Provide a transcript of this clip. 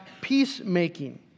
peacemaking